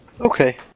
Okay